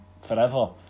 forever